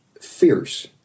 fierce